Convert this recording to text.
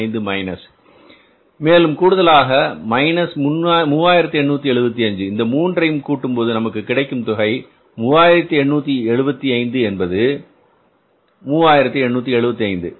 5 மேலும் கூடுதலாக 3875 இந்த மூன்றையும் கூட்டும்போது நமக்கு கிடைக்கும் தொகை 3875 என்பது 3875